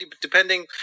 Depending